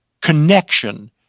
connection